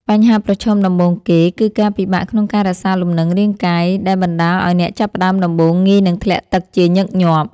បញ្ហាប្រឈមដំបូងគេ គឺការពិបាកក្នុងការរក្សាលំនឹងរាងកាយ ដែលបណ្ដាលឱ្យអ្នកចាប់ផ្ដើមដំបូងងាយនឹងធ្លាក់ទឹកជាញឹកញាប់។